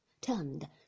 turned